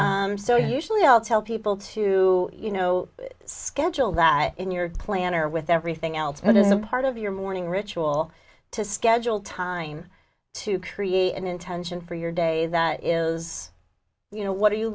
and so usually i'll tell people to you know schedule that in your planner with everything else that is a part of your morning ritual to schedule time to create an intention for your day that is you know what are you